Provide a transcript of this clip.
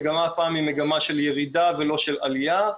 המגמה הפעם היא מגמה של ירידה ולא של עליה.